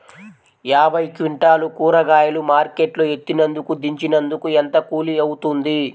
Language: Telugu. యాభై క్వింటాలు కూరగాయలు మార్కెట్ లో ఎత్తినందుకు, దించినందుకు ఏంత కూలి అవుతుంది?